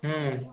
হুম